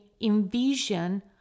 envision